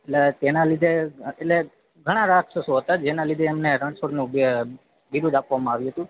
એટલે તેના લીધે એને ઘણા રાક્ષસો હતા જેના લીધે એમને રણછોડનું બે બિરુદ આપવામાં આવ્યું હતું